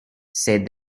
said